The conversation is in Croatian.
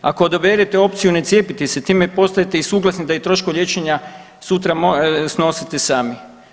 Ako odaberete opciju ne cijepiti se time postajete i suglasni da i troškovi liječenja sutra snosite sami.